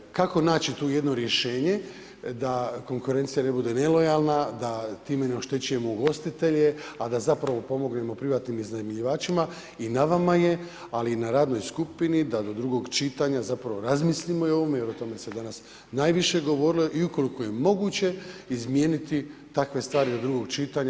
Kako naći tu jedno rješenje da konkurencija ne bude nelojalna, da time ne oštećujemo ugostitelje, a da zapravo pomognemo privatnim iznajmljivačima i na vama je, ali i na radnoj skupini da do drugog čitanja zapravo razmislimo o ovome jer o tome se danas najviše govorilo i ukoliko je moguće, izmijeniti takve stvari do drugo čitanja.